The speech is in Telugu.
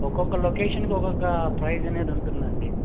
ఒక్కొక్క లొకేషన్కి ఒక్కొక్క ప్రైస్ అనేది ఉంటుంది అండి